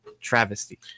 travesty